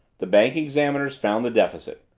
the bank examiners found the deficit.